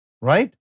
Right